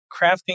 crafting